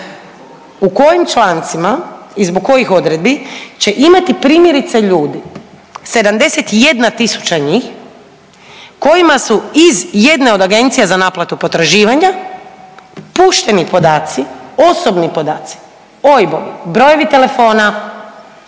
u kojim člancima i zbog kojih odredbi će imati primjerice ljudi 71000 njih kojima su iz jedne od Agencija za naplatu potraživanja pušteni podaci, osobni podaci, OIB-om, brojevi telefona,